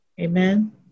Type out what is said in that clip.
Amen